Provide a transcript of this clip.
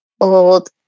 old